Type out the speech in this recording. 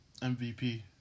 MVP